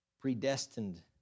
predestined